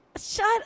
Shut